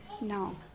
no